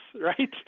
right